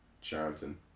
Charlton